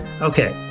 Okay